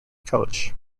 college